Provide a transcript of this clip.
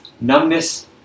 numbness